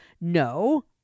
No